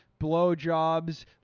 blowjobs